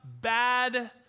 bad